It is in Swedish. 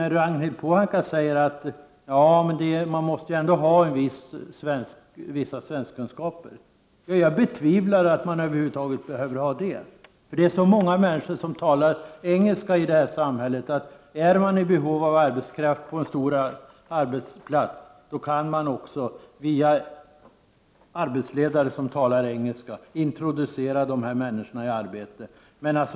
Ragnhild Pohanka sade att man ändå måste ha vissa svenskkunskaper. Jag betvivlar att man ens behöver ha det. Det är så många människor i vårt samhälle som talar engelska. Är man på en stor arbetsplats i behov av arbetskraft kan man också introducera de här människorna i arbetet via arbetsledare som talar engelska.